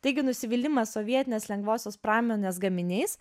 taigi nusivylimas sovietinės lengvosios pramonės gaminiais